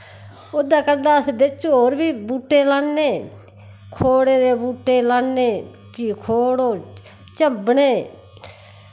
ओह्दे करदे अस बिच और बी बूह्टे लाने खोड़े दे बूह्टे लाने फ्ही खोड़ ओह् चब्बने